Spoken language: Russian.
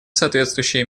соответствующие